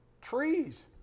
Trees